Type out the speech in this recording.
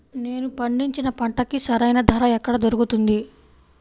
నేను పండించిన పంటకి సరైన ధర ఎక్కడ దొరుకుతుంది?